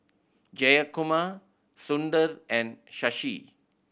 Jayakumar Sundar and Shashi